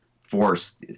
force